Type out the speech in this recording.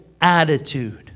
attitude